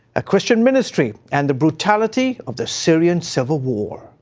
ah christian ministry, and the brutality of the syrian civil war.